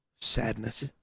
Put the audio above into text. Sadness